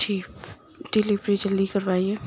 جی delivery جلدی کروائیے